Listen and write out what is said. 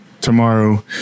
tomorrow